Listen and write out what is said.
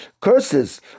curses